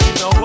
no